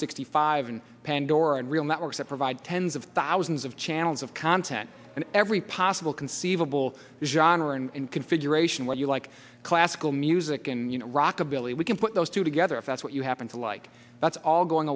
sixty five and pandora and real networks that provide tens of thousands of channels of content in every possible conceivable johner and configuration what you like classical music and you know rockabilly we can put those two together if that's what you happen to like that's all going